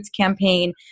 campaign